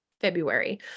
February